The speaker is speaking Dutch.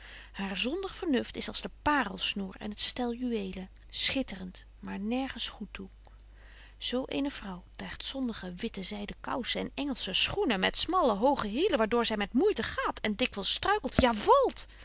zondig vernuft is als de paerelsnoer en het stel juweelen schitterent maar nergens goed toe zo eene vrouw draagt zondige witte zyden koussen en engelsche schoenen met smalle hoge hielen waar door zy met moeite gaat en dikwyls struikelt ja valt